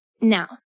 Now